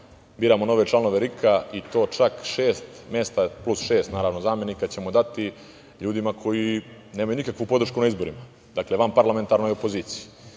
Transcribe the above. biramo nove članove RIK-a, i to čak šest mesta plus šest zamenika ćemo dati ljudima koji nemaju nikakvu podršku na izborima, dakle vanparlamentarnoj opoziciji.